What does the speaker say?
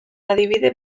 adibide